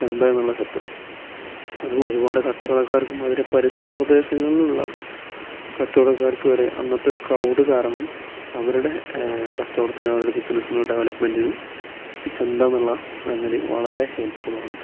ചന്ത എന്നുള്ള സെറ്റപ്പ് അതും ഒരുപാട് കച്ചവടക്കാർക്ക് പരിസര പ്രദേശങ്ങളിലുള്ള കച്ചവടക്കാർക്ക് വരെ അന്നത്തെ ഒരു ക്രൗഡ് കാരണം അവരുടെ കച്ചവടത്തിന് അവരുടെ ബിസ്നസ്സിനും ഡെവലപ്മെന്റിനും ഈ ചന്ത എന്നുള്ള സംഗതി വളരെ ഹെൽപ്ഫുള്ളാണ്